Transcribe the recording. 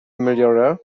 millionaire